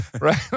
right